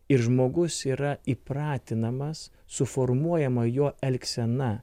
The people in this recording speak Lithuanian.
ir žmogus yra įpratinamas suformuojama jo elgsena